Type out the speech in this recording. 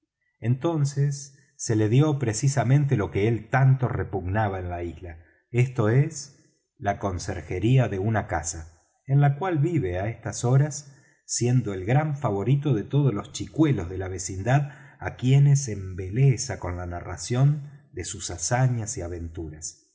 entonces se le dió precisamente lo que él tanto repugnaba en la isla esto es la conserjería de una casa en la cual vive á estas horas siendo el gran favorito de todos los chicuelos de la vecindad á quienes embelesa con la narración de sus hazañas y aventuras